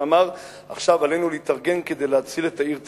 שאמר: עכשיו עלינו להתארגן כדי להציל את העיר תל-אביב.